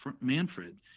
Manfred